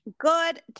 Good